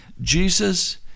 Jesus